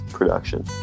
Production